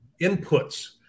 inputs